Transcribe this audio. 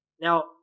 Now